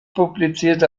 publizierte